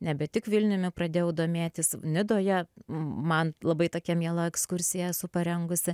nebe tik vilniumi pradėjau domėtis nidoje man labai tokia miela ekskursija esu parengusi